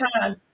time